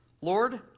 Lord